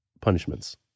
punishments